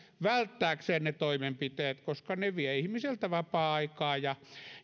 välttääkseen ne toimenpiteet koska ne vievät ihmiseltä vapaa aikaa ja